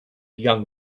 young